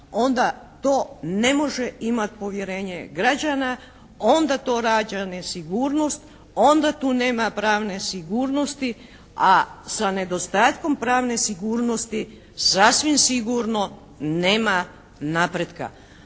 onda to ne može imati povjerenje građana, onda to rađa nesigurnost, onda tu nema pravne sigurnosti a sa nedostatkom pravne sigurnosti sasvim sigurno nema napretka.